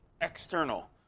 external